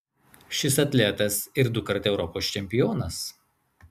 šis atletas ir dukart europos čempionas